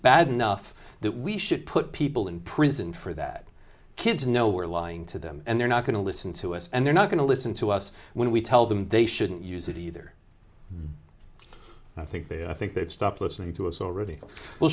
bad enough that we should put people in prison for that kids know we're lying to them and they're not going to listen to us and they're not going to listen to us when we tell them they shouldn't use it either i think they i think they've stopped listening to us already well